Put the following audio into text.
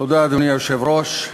אדוני היושב-ראש,